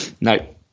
No